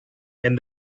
and